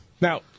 Now